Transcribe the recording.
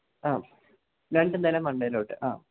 ആ രണ്ട് നില മണ്ടയിലോട്ട് ആ